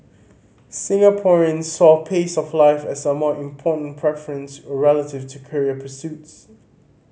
Singaporeans saw pace of life as a more important preference relative to career pursuits